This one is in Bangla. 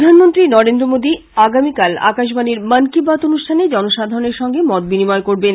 প্রধানমন্ত্রী নরেন্দ্র মোদি আগামীকাল আকাশবানীর মন কী বাত অনুষ্ঠানে জনসাধারণের সঙ্গে মত বিনিময় করবেন